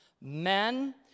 Men